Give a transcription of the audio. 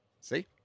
See